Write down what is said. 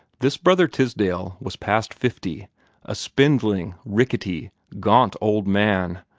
this brother tisdale was past fifty a spindling rickety, gaunt old man,